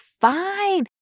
fine